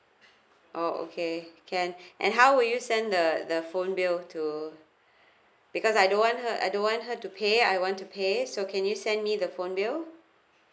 oh okay can and how will you send the the phone bill to because I don't want her I don't want her to pay I want to pay so can you send me the phone bill